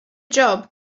job